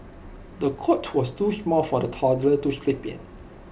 the cot was too small for the toddler to sleep in